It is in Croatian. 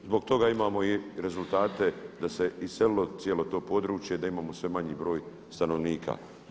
Zbog toga imamo i rezultate da se iselilo cijelo to područje, da imamo sve manji broj stanovnika.